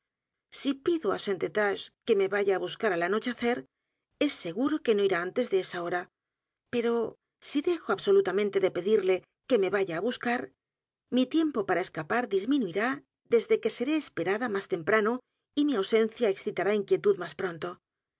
si pido á st eustache que me vaya á buscar al anochecer es seguro que no irá antes de esa h o r a pero si dejo absolutamente de pedirle que me vaya á buscar mi tiempo para escapar disminuirá desde que seré esparada más temprano y mi ausencia excitará inquietud más pronto